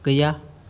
गैया